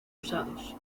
usados